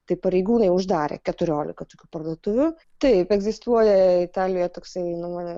tai pareigūnai uždarė keturiolika tokių parduotuvių taip egzistuoja italijoje toksai na